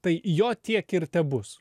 tai jo tiek ir tebus